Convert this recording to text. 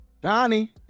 Donnie